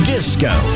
Disco